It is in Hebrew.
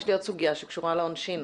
יש לי עוד סוגיה שקשורה לעונשין.